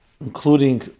including